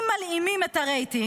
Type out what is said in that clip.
אם מלאימים את הרייטינג,